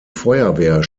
feuerwehr